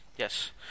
Yes